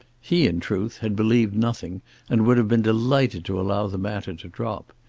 he in truth had believed nothing and would have been delighted to allow the matter to drop.